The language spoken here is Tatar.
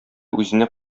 үзенә